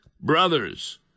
Brothers